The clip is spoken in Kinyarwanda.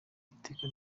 n’iteka